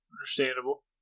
understandable